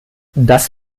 das